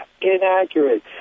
inaccurate